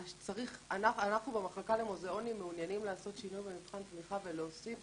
אנחנו במחלקה למוזיאונים מעוניינים לעשות שינוי במבחן תמיכה ולהוסיף